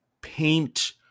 paint